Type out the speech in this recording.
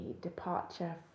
departure